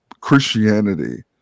Christianity